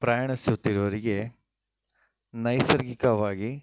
ಪ್ರಯಾಣಿಸುತ್ತಿರುವವರಿಗೆ ನೈಸರ್ಗಿಕವಾಗಿ